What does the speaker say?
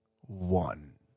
one